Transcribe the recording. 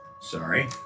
Sorry